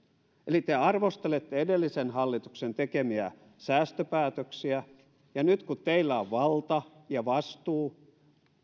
eli te arvostelette edellisen hallituksen tekemiä säästöpäätöksiä ja nyt kun teillä on valta ja vastuu